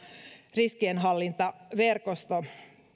riskienhallintaverkosto